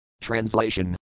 Translation